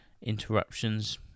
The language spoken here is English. interruptions